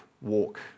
walk